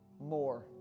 more